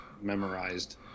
memorized